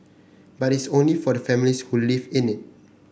but it's only for the families who live in it